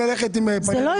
אתם סתם